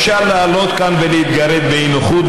אפשר לעלות כאן ולהתגרד באי-נוחות,